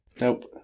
Nope